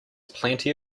plenty